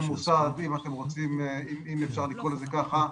אם אפשר לקרוא לזה ככה,